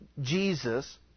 Jesus